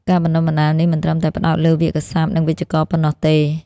ការបណ្តុះបណ្តាលនេះមិនត្រឹមតែផ្តោតលើវាក្យសព្ទ និងវេយ្យាករណ៍ប៉ុណ្ណោះទេ។